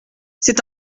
c’est